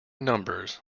numbers